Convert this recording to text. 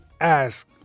ask